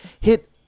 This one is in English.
hit